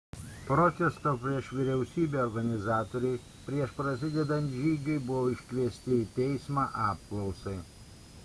protesto prieš vyriausybę organizatoriai prieš prasidedant žygiui buvo iškviesti į teismą apklausai